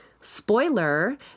spoiler